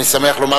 אני שמח לומר